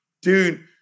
dude